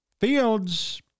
Fields